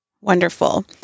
Wonderful